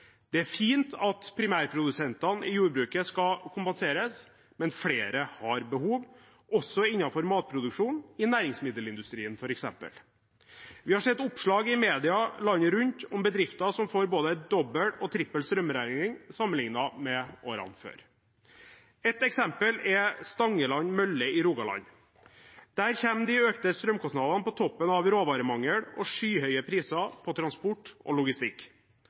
Det er fint at primærprodusentene i jordbruket skal kompenseres, men flere har behov også innenfor matproduksjon, f.eks. i næringsmiddelindustrien. Vi har sett oppslag i media landet rundt om bedrifter som får både dobbel og trippel strømregning sammenlignet med årene før. Et eksempel er Stangeland mølle i Rogaland. Der kommer de økte strømkostnadene på toppen av råvaremangel og skyhøye priser på transport og logistikk.